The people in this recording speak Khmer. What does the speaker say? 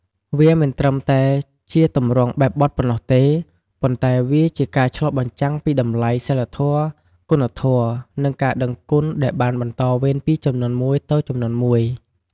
វាមិនត្រឹមតែជាទម្រង់បែបបទប៉ុណ្ណោះទេ ប៉ុន្តែវាជាការឆ្លុះបញ្ចាំងពីតម្លៃសីលធម៌ គុណធម៌ និងការដឹងគុណដែលបានបន្តវេនពីជំនាន់មួយទៅជំនាន់មួយ។